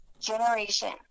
generation